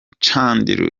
chandiru